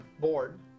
board